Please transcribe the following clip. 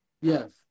Yes